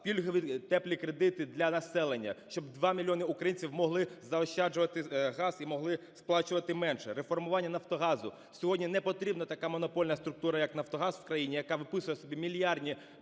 Пільгові "теплі кредити" для населення, щоб 2 мільйони українців могли заощаджувати газ і могли сплачувати менше. Реформування "Нафтогазу", сьогодні не потрібна така монопольна структура, як "Нафтогаз", в країні, яка виписує собі мільярдні